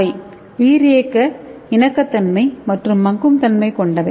அவை உயிரியக்க இணக்கத்தன்மை மற்றும் மக்கும் தன்மை கொண்டவை